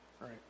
right